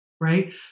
right